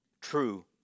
true